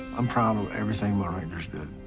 i'm proud of everything my rangers did.